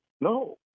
No